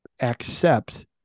accept